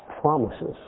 promises